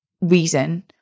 reason